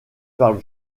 par